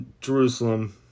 Jerusalem